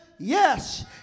Yes